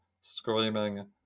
screaming